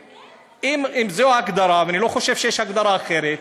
ואם זו ההגדרה, ואני לא חושב שיש הגדרה אחרת,